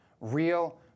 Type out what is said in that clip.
real